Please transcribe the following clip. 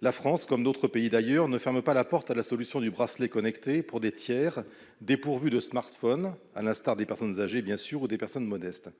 La France, comme d'autres pays, d'ailleurs, ne ferme pas la porte à la solution du bracelet connecté pour des tiers dépourvus de smartphone, à l'instar des personnes âgées, bien sûr, ou des personnes modestes.